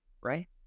right